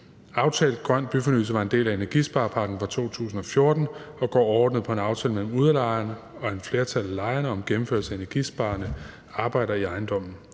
Aftalt grøn byfornyelse var en del af energisparepakken fra 2014 og går overordnet på en aftale mellem udlejerne og et flertal af lejerne om gennemførelse af energisparende arbejder i ejendommen.